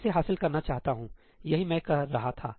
मैं इसे हासिल करना चाहता हूं यही मैं कह रहा था